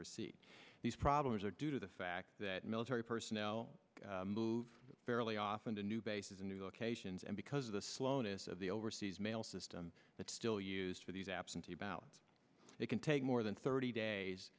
receipt these problems are due to the fact that military personnel move fairly often to new bases in new locations and because of the slowness of the overseas mail system that's still used for these absentee ballots they can take more than thirty days